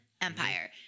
Empire